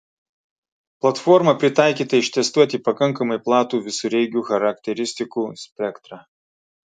platforma pritaikyta ištestuoti pakankamai platų visureigių charakteristikų spektrą